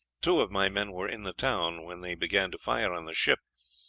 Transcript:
two of my men were in the town when they began to fire on the ship,